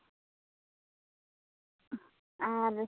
ᱟᱨ